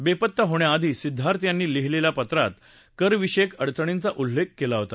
बेपत्ता होण्याआधी सिद्धार्थ यांनी लिहिलेल्या पत्रात करविषयक अडचणींचा उल्लेख केला होता